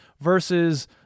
versus